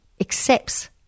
accepts